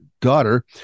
daughter